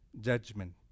judgment